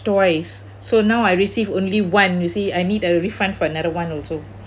twice so now I receive only one you see I need a refund for another one also